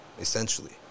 Essentially